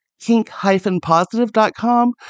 kink-positive.com